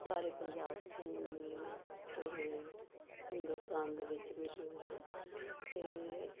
ਸਾਰੇ ਪੰਜਾਬ 'ਚ ਨਹੀਂ ਪੂਰੇ ਹਿੰਦੁਸਤਾਨ ਦੇ ਵਿੱਚ ਮਸ਼ਹੂਰ ਹੈ ਅਤੇ